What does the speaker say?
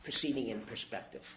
proceeding in perspective